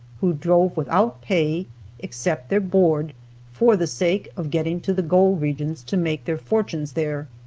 who drove without pay except their board for the sake of getting to the gold regions to make their fortunes there.